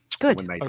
good